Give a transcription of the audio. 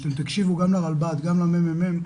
שתקשיבו גם לרלב"ד ולממ"מ,